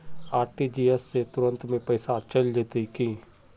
RTGS से तुरंत में पैसा चल जयते की?